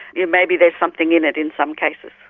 yeah maybe there's something in it in some cases.